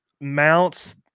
mounts